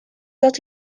dat